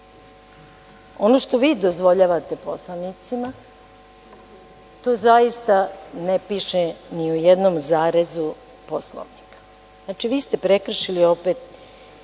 što vi dozvoljavate poslanicima, to zaista ne piše ni u jednom zarezu Poslovnika. Znači, vi ste prekršili opet